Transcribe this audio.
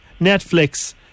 Netflix